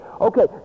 Okay